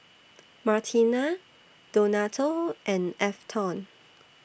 Martina Donato and Afton